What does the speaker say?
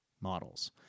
models